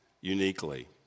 uniquely